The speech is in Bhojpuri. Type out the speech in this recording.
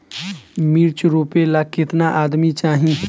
मिर्च रोपेला केतना आदमी चाही?